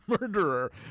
murderer